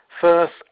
first